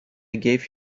gave